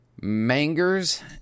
Mangers